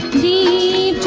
the